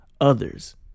others